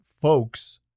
folks